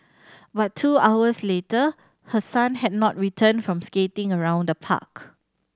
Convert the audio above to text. but two hours later her son had not returned from skating around the park